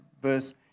verse